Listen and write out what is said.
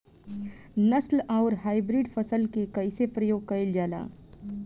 नस्ल आउर हाइब्रिड फसल के कइसे प्रयोग कइल जाला?